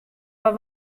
foar